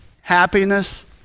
happiness